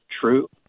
true